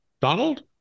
Donald